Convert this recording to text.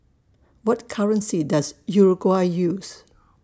What currency Does Uruguay use